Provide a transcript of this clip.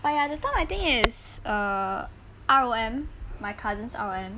but ya that time I think is err R_O_M my cousin's R_O_M